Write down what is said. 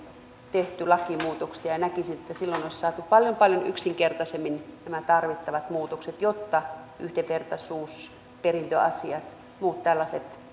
tehty lakimuutoksia näkisin että silloin olisi saatu paljon paljon yksinkertaisemmin nämä tarvittavat muutokset jotta yhdenvertaisuus perintöasiat ja muut tällaiset